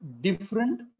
different